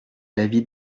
l’avis